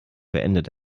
beendet